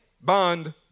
bond